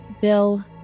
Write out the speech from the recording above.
Bill